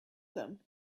them